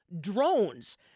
drones